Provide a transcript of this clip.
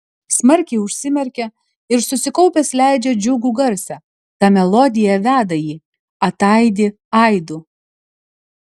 smarkiai užsimerkia ir susikaupęs leidžia džiugų garsą ta melodija veda jį ataidi aidu